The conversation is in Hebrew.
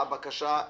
הצבעה